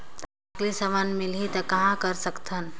नकली समान मिलही त कहां कर सकथन?